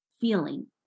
feeling